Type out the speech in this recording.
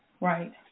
Right